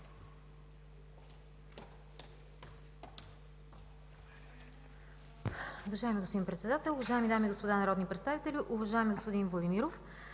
Уважаеми господин Председател, уважаеми дами и господа народни представители! Уважаеми господин Владимиров,